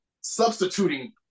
substituting